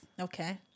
Okay